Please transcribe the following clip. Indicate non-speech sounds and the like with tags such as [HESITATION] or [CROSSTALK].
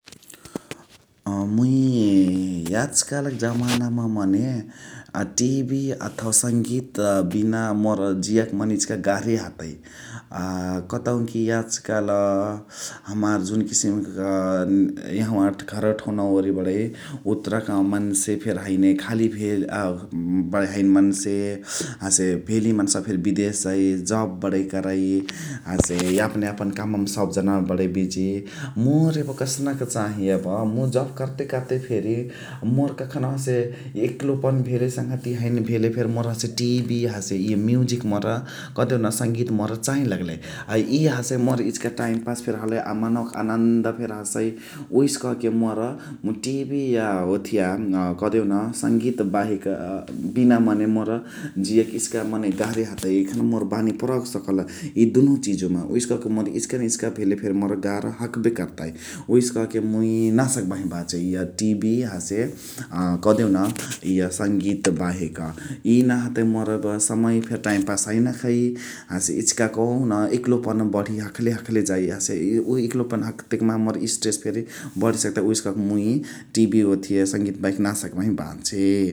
[NOISE] मुइ याजकालक जमानामा मने टिभी अथवा संगीत बिना मोर जियके मने इचिका गार्हे हतइ। कतउ कि याजकाल हमार जुन किसिमक यहवा घरवा ठउनावा वरी बाइ उतुरक मन्से फेरि हैनो खाली खाली भेल [HESITATION] हैन मन्से । हसे भेली मन्सावा फेरि विदेश जाइ । जब बडइ करइ । हसे यापन यापन काममा सबजन बणइ बिजी। मोर यब कसनक चाही यब मुइ जब करते करते फेरि मोर कखनहु हसे एक्लोपन भेले सङ्‌घतीया हैन भेले फेरि मौर हसे टिभी हसे इयू म्युजिक मो कदेहुन संगीत मोर चाही लगलही। आ इ हसे मोर इचिका टाइमपास फेरि हलही । आ मनवाके आनन्द फेरि हसइ । उहेसे कहके मोर मुइ टिभी या ओथिया कदेहू न संगीत बाहेक बिना मने मोर जियके इचिका मने गार्हे हतइ । यखना मोर बानी परक सकल इ दुनु चिजुवामा । उहेसे कके मोरे इचिका न इचिका भेले फेरि मोर गार्ह हखबे कर्तइ । उहेसे कके मुइ नाही सकबही बाँचे इय टिभी हसे कदेहु न इय संगीतबाहेक । इ नाही हतइ मोरे समय फेरि टाइम पास हैन हखइ । हसे इचिका कहुन एक्लोपन बढी हखले हखले जाइ । हसे उहे एक्लोपन हख्तेकमा मोर स्ट्रेस फेरि बढेसकतइ । उहेसे कके मुइ टिभी ओथिया संगीत बाहेक नाही सकबही बाँचे ।